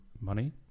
Money